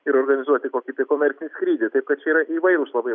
ir organizuoti kokį tai komercinį skrydį taip kad čia yra įvairūs labai